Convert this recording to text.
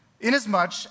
Inasmuch